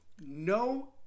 no